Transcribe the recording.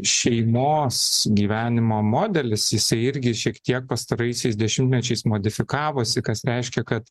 šeimos gyvenimo modelis jisai irgi šiek tiek pastaraisiais dešimtmečiais modifikavosi kas reiškia kad